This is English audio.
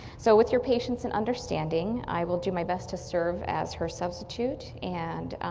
so with your patience and understanding, i will do my best to serve as her substitute and